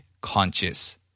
conscious。